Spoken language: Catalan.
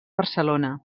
barcelona